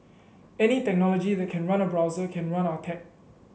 any technology that can run a browser can run our tech